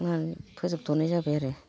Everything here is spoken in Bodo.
फोजोबथ'नाय जाबाय आरो